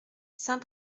saint